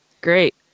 great